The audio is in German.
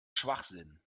schwachsinn